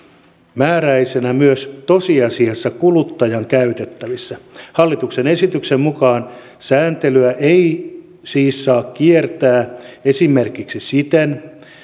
määräisenä myös tosiasiassa kuluttajan käytettävissä hallituksen esityksen mukaan sääntelyä ei siis saa kiertää esimerkiksi siten